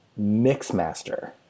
Mixmaster